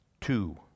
Two